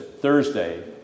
Thursday